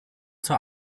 zur